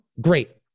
great